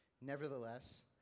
Nevertheless